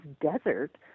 desert